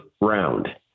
round